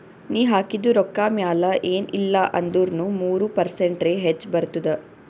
ನೀ ಹಾಕಿದು ರೊಕ್ಕಾ ಮ್ಯಾಲ ಎನ್ ಇಲ್ಲಾ ಅಂದುರ್ನು ಮೂರು ಪರ್ಸೆಂಟ್ರೆ ಹೆಚ್ ಬರ್ತುದ